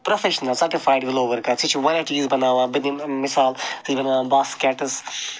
professional certified willow worker سُہ چھِ واریاہ چیٖز بَناوان بہٕ دِمہٕ مِثال سُہ چھِ بَناوان باسکٮ۪ٹٕس